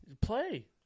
Play